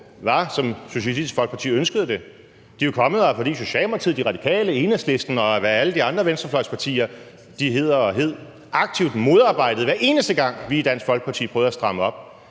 som Socialistisk Folkeparti ønskede det. De er jo kommet her, fordi Socialdemokratiet, De Radikale, Enhedslisten, og hvad alle de andre venstrefløjspartier hedder og hed, aktivt modarbejdede det, hver eneste gang vi i Dansk Folkeparti prøvede at stramme op.